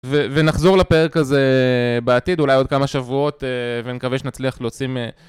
ונחזור לפרק הזה בעתיד, אולי עוד כמה שבועות, ונקווה שנצליח להוציא מ...